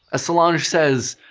ah solange says,